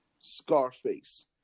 Scarface